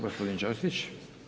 Gospodin Čosić.